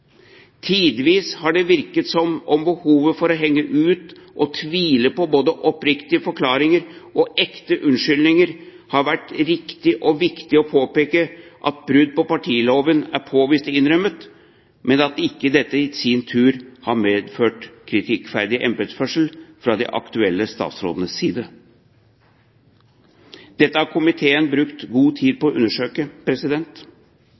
Tidvis har det virket som om behovet for å henge ut og tvile på både oppriktige forklaringer og ekte unnskyldninger har tatt overhånd. For vår – flertallets – del har det vært riktig og viktig å påpeke at brudd på partiloven er påvist og innrømmet, men at dette ikke i sin tur har medført kritikkverdig embetsførsel fra de aktuelle statsrådenes side. Dette har komiteen brukt god tid på